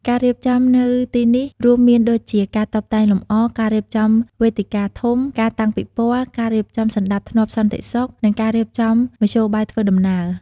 ការរៀបចំនៅទីនេះរួមមានដូជា ការតុបតែងលម្អ ការរៀបចំវេទិកាធំ ការតាំងពិព័រណ៍ ការរៀបចំសណ្ដាប់ធ្នាប់សន្តិសុខ និងការរៀបចំមធ្យោបាយធ្វើដំណើរ។